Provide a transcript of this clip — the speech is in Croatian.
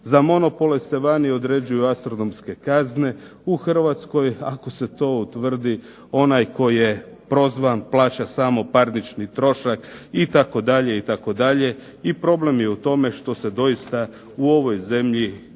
Za monopole se vani određuju astronomske kazne. U Hrvatskoj ako se to utvrdi onaj tko je prozvan plaća samo parnični trošak itd. i problem je u tome što se doista u ovoj zemlji gube